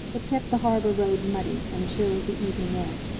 it kept the harbor road muddy, and chilled the evening air.